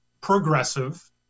progressive